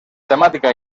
temática